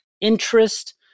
interest